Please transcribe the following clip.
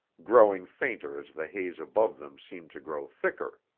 growing fainter as the haze above them seemed to grow thicker.